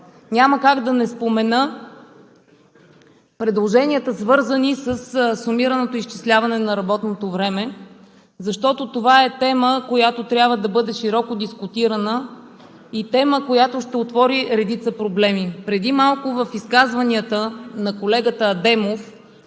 Няма как да не спомена предложенията, свързани със сумираното изчисляване на работното време, защото това е тема, която трябва да бъде широко дискутирана, и тема, която ще отвори редица проблеми. Преди малко в изказванията на колегата Адемов